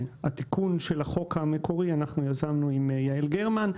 את התיקון של החוק המקורי יזמנו עם יעל גרמן.